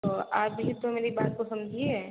तो आप भी तो मेरी बात को समझिए